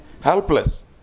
helpless